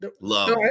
Love